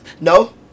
No